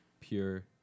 pure